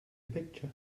picture